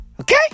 Okay